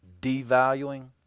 devaluing